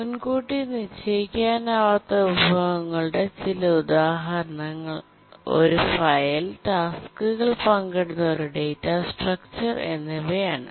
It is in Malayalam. മുൻകൂട്ടി നിശ്ചയിക്കാനാവാത്ത വിഭവങ്ങളുടെ ചില ഉദാഹരണങ്ങൾ ഒരു ഫയൽ ടാസ്ക്കുകൾ പങ്കിടുന്ന ഒരു ഡാറ്റാ സ്ട്രക്ചർഎന്നിവ ആണ്